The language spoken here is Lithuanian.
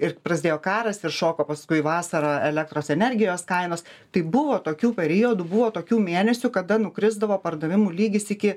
ir prasidėjo karas ir šoko paskui vasarą elektros energijos kainos tai buvo tokių periodų buvo tokių mėnesių kada nukrisdavo pardavimų lygis iki